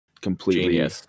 Completely